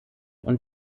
und